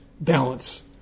balance